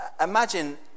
Imagine